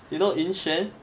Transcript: you know yun xuan